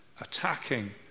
attacking